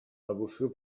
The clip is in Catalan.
devoció